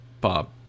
Bob